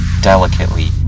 delicately